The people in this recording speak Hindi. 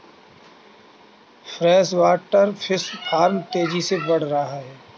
फ्रेशवाटर फिश फार्म तेजी से बढ़ रहा है